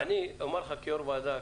אני אומר לך כיושב-ראש וועדה,